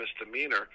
misdemeanor